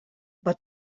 but